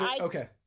Okay